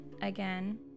again